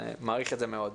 אני מעריך את זה מאוד.